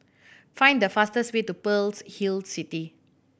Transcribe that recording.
find the fastest way to Pearl's Hill City